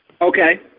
okay